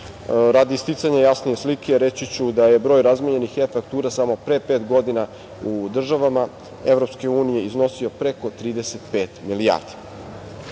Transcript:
Radi sticanja jasnije slike, reći ću da je broj razmenjenih e-faktura samo pre pet godina u državama Evropske unije iznosio preko 35 milijardi. Izmene